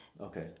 Okay